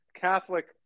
Catholic